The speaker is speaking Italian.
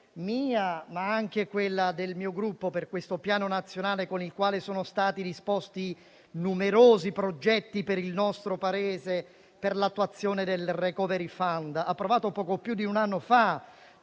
mia e del mio Gruppo per questo Piano nazionale con il quale sono stati predisposti numerosi progetti per il nostro Paese per l'attuazione del *recovery fund*, approvato poco più di un anno fa,